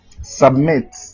submit